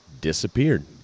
disappeared